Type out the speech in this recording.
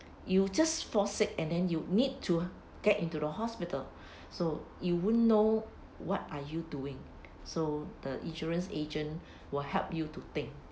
you just fall sick and then you need to get into the hospital so you wouldn't know what are you doing so the insurance agent will help you to think